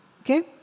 Okay